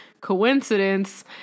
coincidence